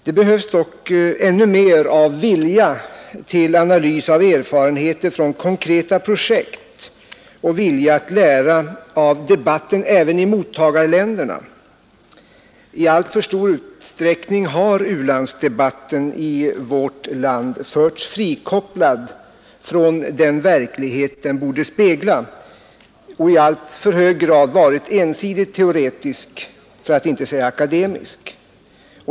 Det behövs dock ännu mer av vilja till analys av erfarenheter från konkreta projekt och vilja att lära av debatten även i mottagarländerna. I alltför stor utsträckning har u-landsdebatten i vårt land förts frikopplad från den verklighet den borde spegla. Den har i alltför hög grad varit ensidigt teoretisk, för att inte säga akademisk.